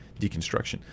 deconstruction